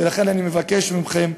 ולכן אני מבקש מכם,